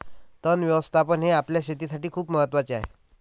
तण व्यवस्थापन हे आपल्या शेतीसाठी खूप महत्वाचे आहे